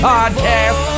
Podcast